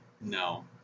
no